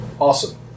Awesome